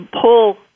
pull